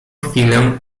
chwilę